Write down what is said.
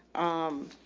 um,